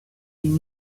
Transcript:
une